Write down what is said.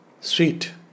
sweet